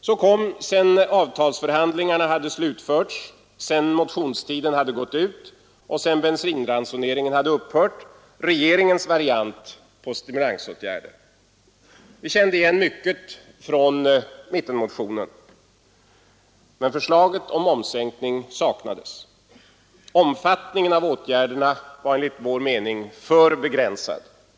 Så kom — sedan avtalsförhandlingarna hade slutförts, sedan motionstiden hade gått ut och sedan bensinransoneringen hade upphört — regeringens variant på stimulansåtgärder. Vi kände igen mycket från mittenmotionen. Men förslag om momssänkning saknades. Omfattningen av åtgärderna var enligt vår mening för begränsad.